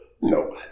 no